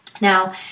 Now